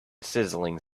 sizzling